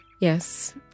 yes